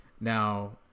Now